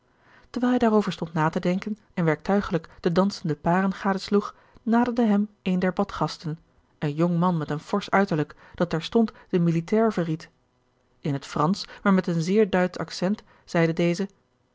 terwijl hij daarover stond na te denken en werktuigelijk de dansende paren gadesloeg naderde hem een der badgasten een jong man met een forsch uiterlijk dat terstond den militair verried in het fransch maar met een zeer duitsch accent zeide deze